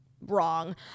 wrong